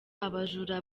abajura